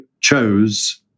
chose